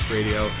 Radio